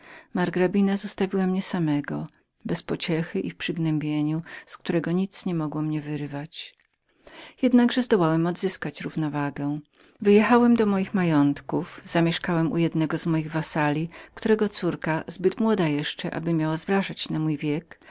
margrabina zostawiła mnie samego bez pociechy i w stanie znękania z którego nic nie mogło mnie wyrwać czas jednak zabliźnił nieco moje rany wyjechałem do moich majątków zamieszkałem u jednego z moich wazalów którego córka zbyt młoda jeszcze aby miała zważać na wiek